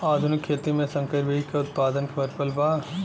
आधुनिक खेती में संकर बीज क उतपादन प्रबल बा